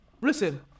Listen